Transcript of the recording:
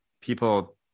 people